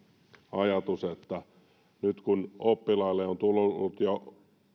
ajatus nyt kun oppilaille on tullut jo